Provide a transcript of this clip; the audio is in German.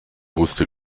wusste